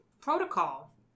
protocol